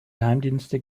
geheimdienste